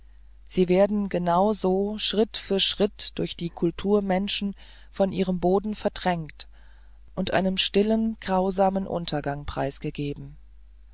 sie werden genau so schritt für schritt durch die kulturmenschen von ihrem boden verdrängt und einem stillen grausamen untergang preisgegeben